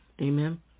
Amen